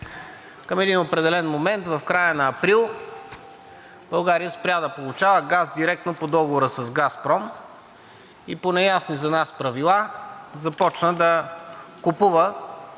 Към един определен момент в края на април България спря да получава газ директно по договора с „Газпром“ и по неясни за нас правила започна да купува